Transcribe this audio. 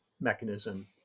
mechanism